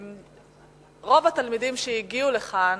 רוב התלמידים שהגיעו לכאן